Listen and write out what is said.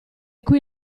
cui